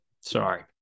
sorry